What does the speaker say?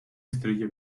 estrella